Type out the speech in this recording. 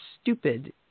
stupid